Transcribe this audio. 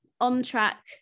on-track